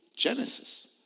Genesis